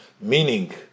meaning